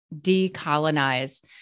decolonize